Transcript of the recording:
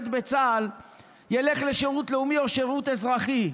בצה"ל ילך לשירות לאומי או שירות אזרחי.